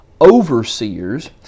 overseers